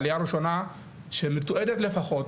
העלייה הראשונה שמתועדת לפחות,